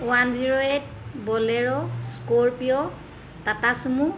one zero eight bolero scorpio Tata sumo